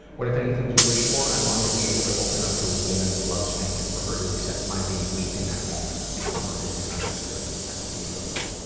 what if anything do you wish for? i long to be able to open up to a woman who loves me, and for her to accept my being weak in that moment, to be comforted and understood. that's beautiful.